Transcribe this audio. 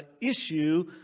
issue